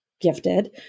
gifted